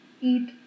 eat